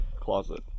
closet